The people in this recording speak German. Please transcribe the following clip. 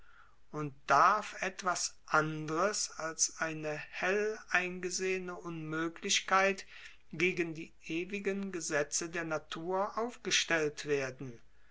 und darf etwas andres als eine hell eingesehene unmöglichkeit gegen die ewigen gesetze der natur aufgestellt werden